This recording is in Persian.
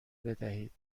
بدهید